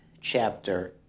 chapter